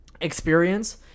experience